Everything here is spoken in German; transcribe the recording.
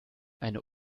eine